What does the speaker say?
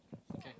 okay